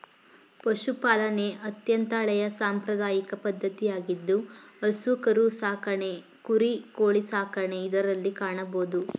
ಪಶುಪಾಲನೆ ಅತ್ಯಂತ ಹಳೆಯ ಸಾಂಪ್ರದಾಯಿಕ ಪದ್ಧತಿಯಾಗಿದ್ದು ಹಸು ಕರು ಸಾಕಣೆ ಕುರಿ, ಕೋಳಿ ಸಾಕಣೆ ಇದರಲ್ಲಿ ಕಾಣಬೋದು